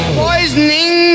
poisoning